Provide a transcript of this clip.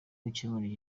gukemura